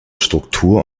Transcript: struktur